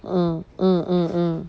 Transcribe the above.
mm mm mm mm